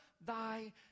thy